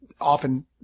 often